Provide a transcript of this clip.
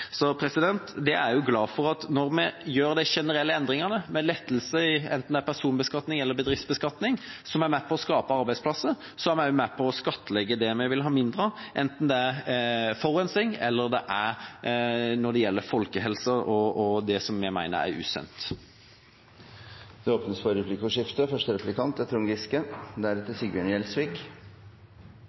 Jeg er glad for at når vi gjør de generelle endringene, med lettelser enten det er i personbeskatning eller bedriftsbeskatning, som er med på å skape arbeidsplasser, så er vi også med på å skattlegge det vi vil ha mindre av, enten det gjelder forurensing, eller det gjelder folkehelse og det vi mener er usunt. Det